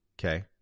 okay